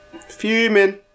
Fuming